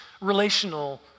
relational